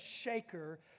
shaker